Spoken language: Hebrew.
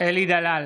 אלי דלל,